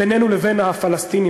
בינינו לבין הפלסטינים,